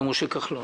משה כחלון,